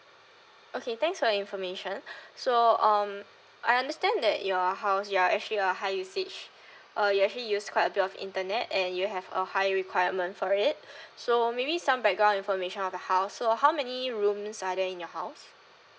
okay thanks for your information so um I understand that your house you are actually a higher usage uh you actually use quite a bit of internet and you have a high requirement for it so maybe some background information of your house so how many rooms are there in your house